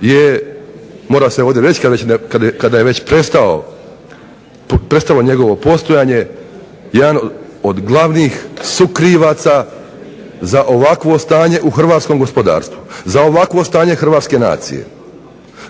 je mora se ovdje reći kada je već prestalo njegovo postojanje jedan od glavnih sukrivaca za ovakvo stanje u hrvatskom gospodarstvu, za ovakvo stanje hrvatske nacije,